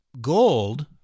Gold